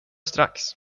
strax